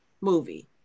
movie